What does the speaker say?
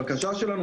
הבקשה שלנו,